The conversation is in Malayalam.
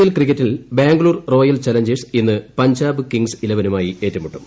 ഐ പി എൽ ക്രിക്കറ്റിൽ ബാംഗ്ലൂർ റോയൽ ചലഞ്ചേഴ്സ് ഇന്ന് പഞ്ചാബ് കിംഗ്സ് ഇലവനുമായി ഏറ്റുമുട്ടും